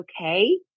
okay